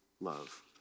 love